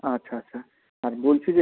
আচ্ছা আচ্ছা আর বলছি যে